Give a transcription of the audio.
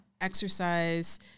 exercise